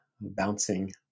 bouncing